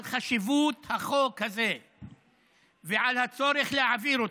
על חשיבות החוק הזה ועל הצורך להעביר אותו.